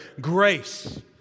Grace